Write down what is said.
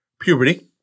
puberty